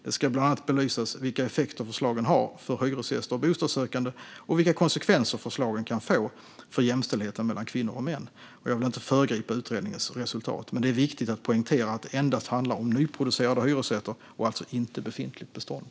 Det ska bland annat belysas vilka effekter förslagen har för hyresgäster och bostadssökande och vilka konsekvenser förslagen kan få för jämställdheten mellan kvinnor och män. Jag vill inte föregripa utredningens resultat, men det är viktigt att poängtera att det endast handlar om nyproducerade hyresrätter och alltså inte befintligt bestånd.